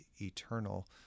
eternal